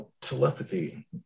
telepathy